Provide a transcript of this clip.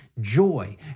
joy